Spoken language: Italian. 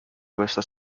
questa